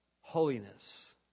holiness